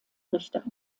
richter